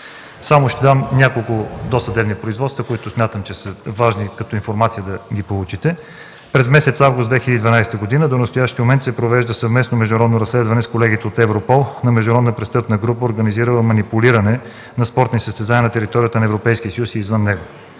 дам пример с няколко досъдебни производства, които смятам, че са важни да получите като информация: през месец август 2012 г. до настоящия момент се провежда съвместно международно разследване с колегите от Европол на международна престъпна група, организирала манипулиране на спортни състезания на територията на Европейския съюз и извън него.